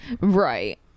right